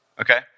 Okay